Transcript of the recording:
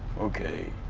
okay.